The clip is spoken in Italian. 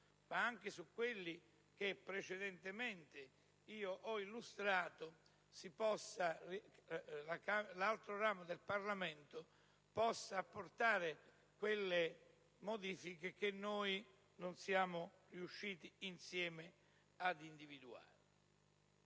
nonché su quelli che ho precedentemente illustrato, l'altro ramo del Parlamento possa apportare quelle modifiche che noi non siamo riusciti insieme ad individuare.